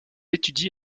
étudie